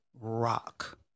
rock